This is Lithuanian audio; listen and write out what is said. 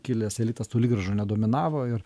kilęs elitas toli gražu nedominavo ir